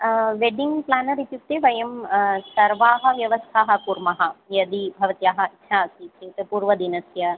wedding planner इत्युक्ते वयं सर्वाः व्यवस्थाः कुर्मः यदि भवत्याः इच्छा अस्ति चेत् पूर्वदिनस्य